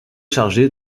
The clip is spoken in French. chargé